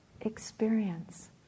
experience